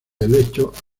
helechos